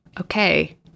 Okay